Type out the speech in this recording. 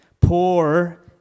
Poor